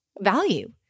value